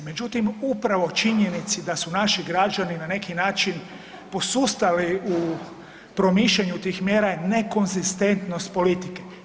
Međutim, upravo u činjenici da su naši građani na neki način posustali u promišljanju tih mjera je nekonzistentnost politike.